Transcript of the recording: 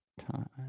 time